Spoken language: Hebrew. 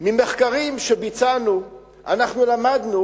ממחקרים שביצענו אנחנו למדנו